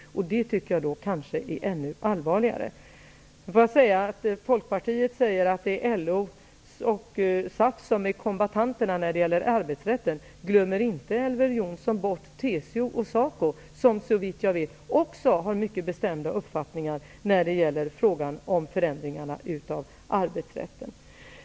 Det tycker jag kanske är ännu allvarligare. Folkpartiet säger att LO och SAF är kombattanterna när det gäller arbetsrätten. Glömmer inte Elver Jonsson bort TCO och SACO, som såvitt jag vet också har mycket bestämda uppfattningar i frågan om förändringarna av arbetsrätten?